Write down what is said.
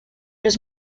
los